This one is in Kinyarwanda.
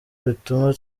bituma